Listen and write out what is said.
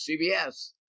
CBS